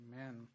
Amen